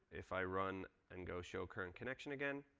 if i run and go show current connection again,